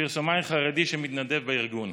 פרסומאי חרדי שמתנדב בארגון.